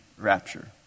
rapture